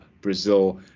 brazil